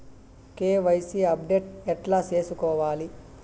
KYC update ఎట్లా సేసుకోవాలి?